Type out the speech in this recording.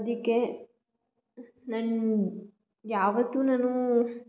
ಅದಕ್ಕೆ ನಾನ್ ಯಾವತ್ತೂ ನಾನು